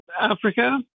Africa